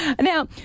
Now